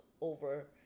over